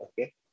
okay